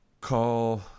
call